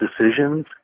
decisions